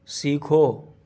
سیکھو